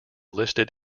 listed